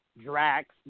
Drax